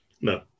No